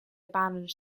abandoned